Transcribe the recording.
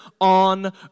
on